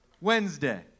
Wednesday